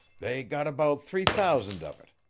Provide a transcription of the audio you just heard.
they got about three thousand of it.